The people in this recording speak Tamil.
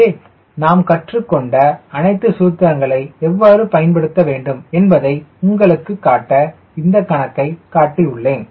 இங்கே நாம் கற்றுக்கொண்ட அனைத்து சூத்திரங்களை எவ்வாறு பயன்படுத்த வேண்டும் என்பதை உங்களுக்கு காட்ட இந்த கணக்கை காட்டியுள்ளேன்